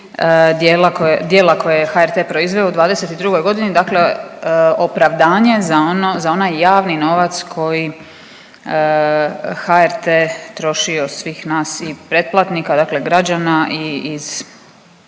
djela koje je HRT proizveo u '22. godini dakle opravdanje za ono, za onaj javni novac koji HRT troši od svih nas i pretplatnika, dakle građana i iz,